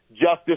Justice